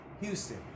Houston